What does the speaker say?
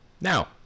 Now